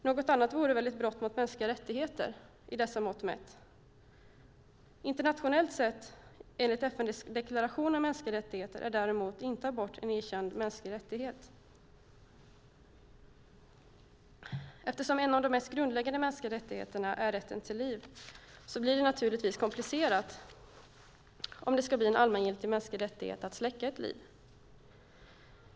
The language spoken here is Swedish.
Något annat vore väl ett brott emot mänskliga rättigheter med dessa mått mätt? Internationellt sett, enligt FN:s deklaration om mänskliga rättigheter, är däremot abort ingen erkänd mänsklig rättighet. Eftersom en av de mest grundläggande mänskliga rättigheterna är rätten till liv blir det naturligtvis komplicerat om det ska bli en allmängiltig mänsklig rättighet att släcka ett liv.